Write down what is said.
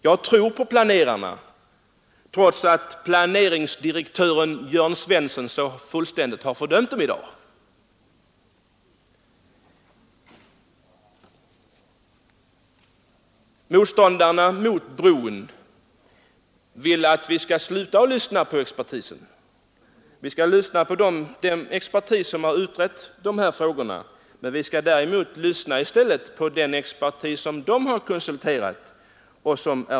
Jag tror på planerarna trots att planeringsdirektören Jörn Svensson så fullständigt har fördömt dem i dag. Motståndarna mot bron vill att vi skall sluta lyssna på expertisen — vi skall inte lyssna på den expertis som utrett dessa frågor, däremot skall vi lyssna på den expertis som motståndarna konsulterat.